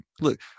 Look